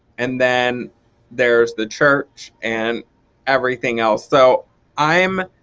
and then there's the church and everything else. so i'm